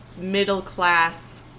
middle-class